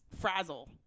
Frazzle